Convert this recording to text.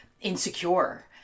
insecure